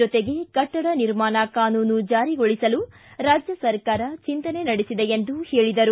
ಜೊತೆಗೆ ಕಟ್ಟಡ ನಿರ್ಮಾಣ ಕಾನೂನು ಜಾರಿಗೊಳಿಸಲು ರಾಜ್ಜ ಸರ್ಕಾರ ಚಿಂತನೆ ನಡೆಸಿದೆ ಎಂದು ಹೇಳಿದರು